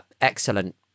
excellent